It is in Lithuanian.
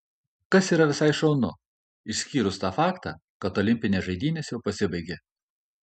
kas yra visai šaunu išskyrus tą faktą kad olimpinės žaidynės jau pasibaigė